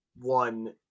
one